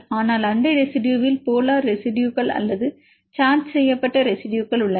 ஆனால் அண்டை ரெசிடுயுவில் போலார் ரெசிடுயுகள் அல்லது சார்ஜ் செய்யப்பட்ட ரெசிடுயுகள் உள்ளன